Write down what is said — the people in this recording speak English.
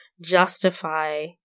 justify